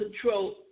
control